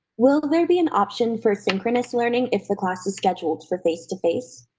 will there be an option for synchronous learning if the class is scheduled for face to face?